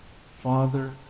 Father